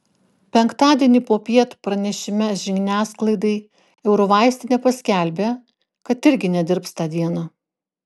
penktadienį popiet pranešime žiniasklaidai eurovaistinė paskelbė kad irgi nedirbs tą dieną